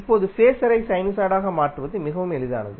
இப்போது ஃபேஸரை சைனுசாய்டாக மாற்றுவது மிகவும் எளிதானது